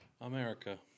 America